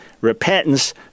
repentance